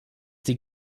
die